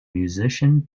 musician